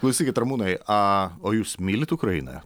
klausykit ramūnai a o jūs mylit ukrainą